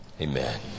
Amen